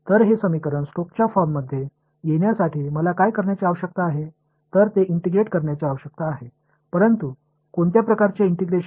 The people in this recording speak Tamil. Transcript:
எனவே இந்த சமன்பாட்டை ஸ்டோக்ஸ் வடிவத்தில் பெற நான் அதை இன்டகிரேட் செய்ய வேண்டும் ஆனால் என்ன வகையான இன்டகிரேஸன்